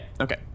okay